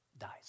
dies